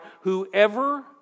Whoever